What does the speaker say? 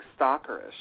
stalkerish